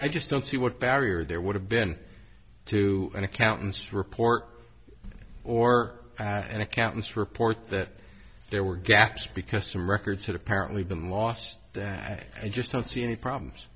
i just don't see what barrier there would have been to an accountant's report or an accountant's report that there were gaps because some records had apparently been lost that i just don't see any problems